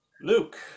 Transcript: Luke